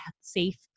safe